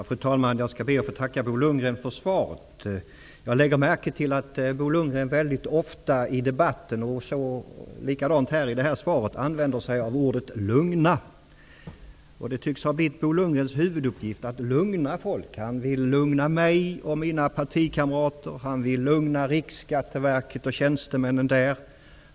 Fru talman! Jag skall be att få tacka Bo Lundgren för svaret. Jag lägger märke till att Bo Lundgren väldigt ofta i debatten och även i detta svar använder sig av ordet lugna. Det tycks ha blivit Bo Lundgrens huvuduppgift att lugna folk. Han vill lugna mig och mina partikamrater. Han vill lugna Riksskatteverket och tjänstemännen där.